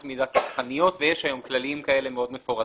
מידה ויש היום כללים כאלה מאוד מפורטים.